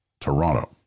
Toronto